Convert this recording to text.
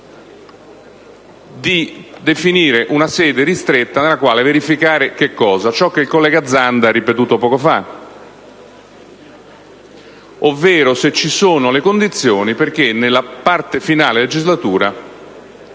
di definire una sede ristretta nella quale verificare ciò che il collega Zanda ha ripetuto poco fa, ovvero se ci sono le condizioni perché nella parte finale della legislatura